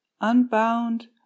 unbound